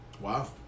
Wow